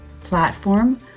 platform